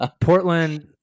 Portland